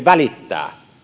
välittää